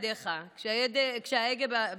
כשההגה בידיך,